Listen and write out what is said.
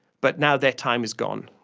but now their time is gone.